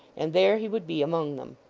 and there he would be among them.